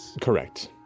Correct